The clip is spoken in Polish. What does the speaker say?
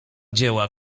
dzieła